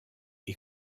est